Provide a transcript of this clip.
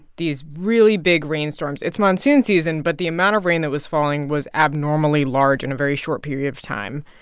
these really big rainstorms. it's monsoon season, but the amount of rain that was falling was abnormally large in a very short period of time,